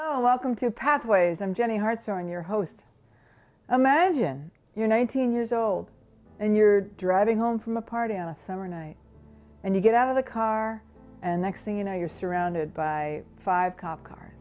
welcome to pathways i'm jenny hearts are in your host imagine you're nineteen years old and you're driving home from a party on a summer night and you get out of the car and next thing you know you're surrounded by five cop car